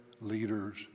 leaders